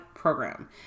program